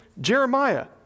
Jeremiah